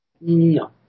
No